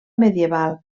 medieval